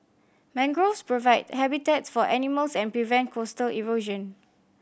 mangroves provide habitats for animals and prevent coastal erosion